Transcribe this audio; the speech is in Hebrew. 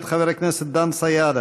מאת חבר הכנסת דן סידה.